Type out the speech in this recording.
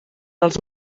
els